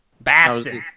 Bastard